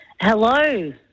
Hello